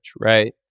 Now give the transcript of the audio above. right